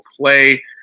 Play